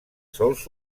sòls